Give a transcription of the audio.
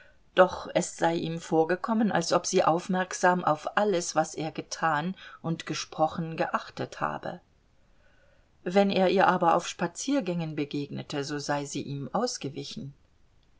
doch sei es ihm vorgekommen als ob sie aufmerksam auf alles was er getan und gesprochen geachtet habe wenn er ihr aber auf spaziergängen begegnet so sei sie ihm ausgewichen